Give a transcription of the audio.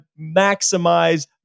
maximize